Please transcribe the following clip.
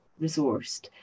resourced